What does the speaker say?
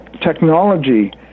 technology